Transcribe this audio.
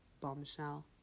Bombshell